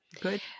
Good